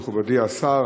מכובדי השר,